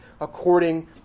according